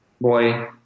boy